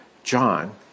john